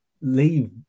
leave